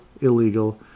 illegal